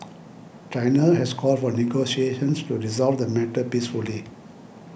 China has called for negotiations to resolve the matter peacefully